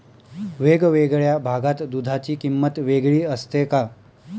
वेगवेगळ्या भागात दूधाची किंमत वेगळी असते का?